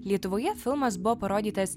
lietuvoje filmas buvo parodytas